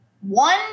one